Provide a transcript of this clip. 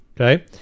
Okay